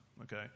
okay